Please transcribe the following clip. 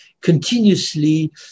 continuously